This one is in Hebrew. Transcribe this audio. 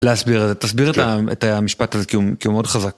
להסביר את, תסביר את המשפט הזה כי הוא מאוד חזק.